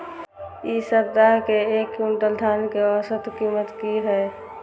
इ सप्ताह एक क्विंटल धान के औसत कीमत की हय?